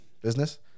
business